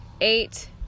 eight